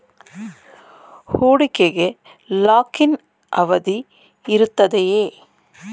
ಹೂಡಿಕೆಗೆ lock in ಅವಧಿ ಇರುತ್ತದೆಯೇ?